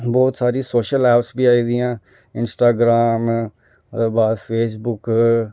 बहोत सारी social app बी आई दियां जियां इंस्टाग्राम फेसबुक